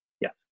Yes